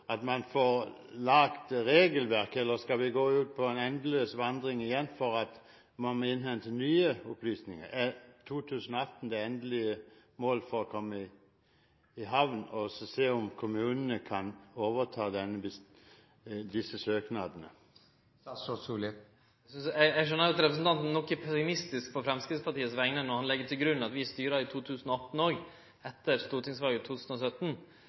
at man får laget et regelverk? Eller skal vi gå ut på en endeløs vandring igjen for å innhente nye opplysninger? Er 2018 det endelige mål for å komme i havn og se om kommunene kan overta disse søknadene? Eg skjønar at representanten er noko pessimistisk på Framstegspartiet sine vegner når han legg til grunn at vi styrer i 2018 òg – etter stortingsvalet i 2017.